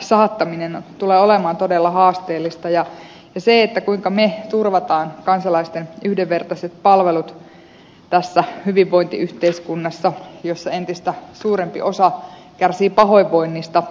saattaminen koko suomeen ja se kuinka me turvaamme kansalaisten yhdenvertaiset palvelut tässä hyvinvointiyhteiskunnassa jossa entistä suurempi osa kärsii pahoinvoinnista